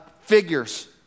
figures